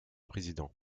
président